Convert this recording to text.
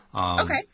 Okay